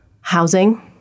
housing